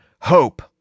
hope